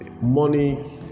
money